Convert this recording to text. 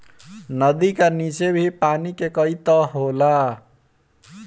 नदी का नीचे भी पानी के कई तह होला